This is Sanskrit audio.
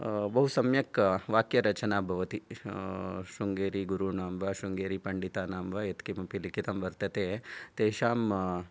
बहु सम्यक् वाक्यरचना भवति शृङेरिगुरूणां वा शृङ्गेरीपण्डितानां वा यत्किमपि लिखितं वर्तते तेषाम्